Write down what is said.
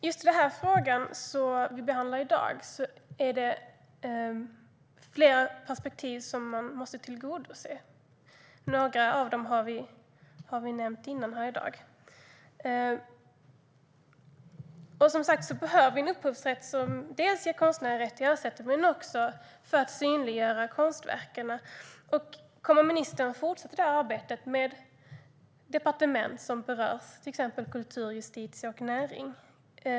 Herr talman! I den här frågan är det flera perspektiv man måste ta hänsyn till. Några av dem har vi nämnt tidigare här i dag. Som sagt behöver vi en upphovsrätt som både ger konstnärer rätt till ersättning och synliggör konstverken. Kommer ministern att fortsätta arbetet med de departement som berörs, till exempel Kulturdepartementet, Justitiedepartementet och Näringsdepartementet?